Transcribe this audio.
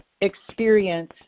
experience